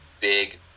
big